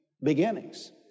beginnings